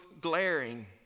glaring